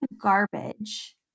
garbage